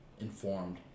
Informed